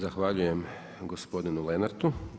Zahvaljujem gospodin Lenartu.